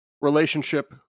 relationship